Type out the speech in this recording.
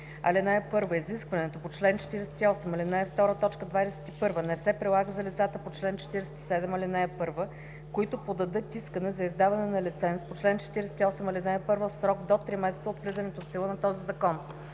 „§ 5. (1) Изискването по чл. 48, ал. 2, т. 21 не се прилага за лицата по чл. 47, ал. 1, които подадат искане за издаване на лиценз по чл. 48, ал. 1 в срок до 3 месеца от влизането в сила на този закон.